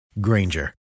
Granger